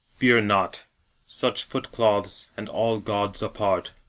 fear not such footcloths and all gauds apart,